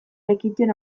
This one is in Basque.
lekeition